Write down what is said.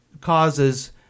causes